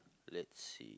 let's see